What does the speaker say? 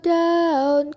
down